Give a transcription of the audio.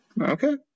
Okay